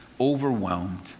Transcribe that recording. overwhelmed